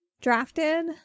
drafted